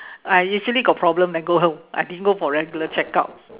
I usually got problem then go I didn't go for regular check-up